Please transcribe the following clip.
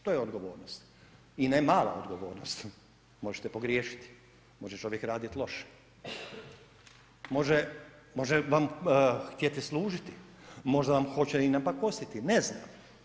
To je odgovornost i ne mala odgovornost, možete pogriješiti, može čovjek radit loše, može vam htjeti služiti, možda vam hoće i napakostiti, ne znam.